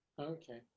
Okay